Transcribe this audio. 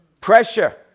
Pressure